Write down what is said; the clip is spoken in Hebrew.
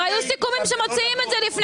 לפני זמן מה כבר היו סיכומים שמוציאים את זה.